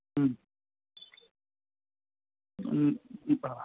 હં એ પણ હા